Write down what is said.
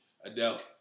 Adele